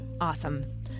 Awesome